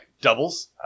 Doubles